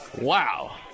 wow